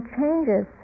changes